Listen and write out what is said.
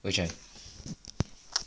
which one